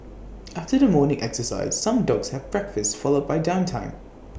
after the morning exercise some dogs have breakfast followed by downtime